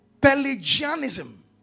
Pelagianism